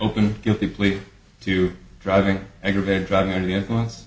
open guilty plea to driving aggravated driving under the influence